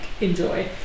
enjoy